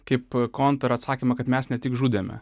kaip kontr atsakymą kad mes ne tik žudėme